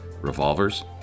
Revolvers